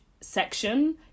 section